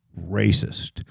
racist